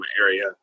area